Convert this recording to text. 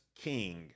king